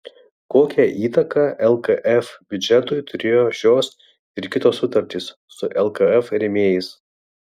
kokią įtaką lkf biudžetui turėjo šios ir kitos sutartys su lkf rėmėjais